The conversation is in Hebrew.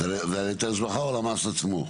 זה על היטל השבחה או על המס עצמו?